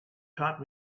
taught